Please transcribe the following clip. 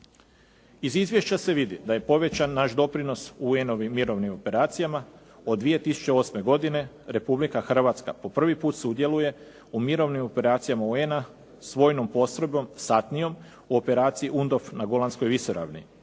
Iz izvješća se vidi da je povećan naš doprinos UN-ovim mirovnim operacijama od 2008. godine Republika Hrvatska po prvi put sudjeluje u mirovnim operacijama UN-a s vojnom postrojbom, satnijom u operaciji UNDOF na Golanskoj visoravni.